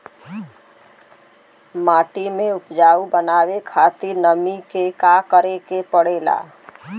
माटी के उपजाऊ बनावे खातिर हमनी के का करें के पढ़ेला?